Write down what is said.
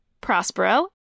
Prospero